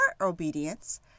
obedience